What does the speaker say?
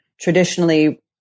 traditionally